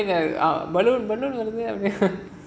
baloon